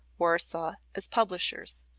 warsaw, as publishers.